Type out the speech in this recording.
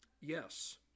Yes